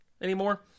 anymore